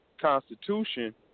Constitution